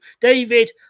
David